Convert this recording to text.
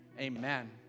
Amen